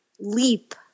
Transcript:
leap